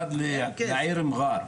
במיוחד לעיר מרר.